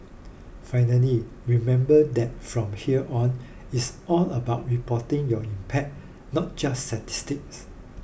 finally remember that from here on it's all about reporting your impact not just statistics